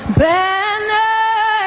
banner